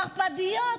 מרפדיות,